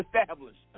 established